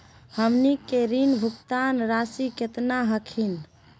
हमनी के ऋण भुगतान रासी केतना हखिन?